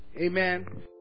Amen